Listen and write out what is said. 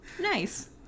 Nice